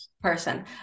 person